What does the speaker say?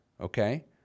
okay